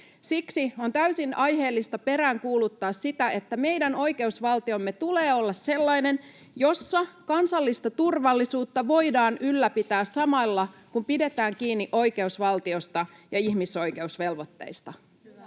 Siksi on täysin aiheellista peräänkuuluttaa sitä, että meidän oikeusvaltiomme tulee olla sellainen, jossa kansallista turvallisuutta voidaan ylläpitää samalla, kun pidetään kiinni oikeusvaltiosta ja ihmisoikeusvelvoitteista.